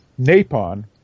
Napon